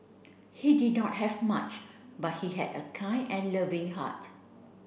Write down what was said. he did dot have much but he had a kind and loving heart